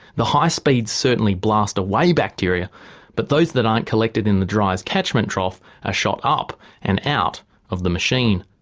the high speeds certainly blast away bacteria but those that aren't collected in the dryer's catchment trough are ah shot up and out of the machine.